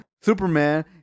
Superman